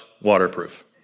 waterproof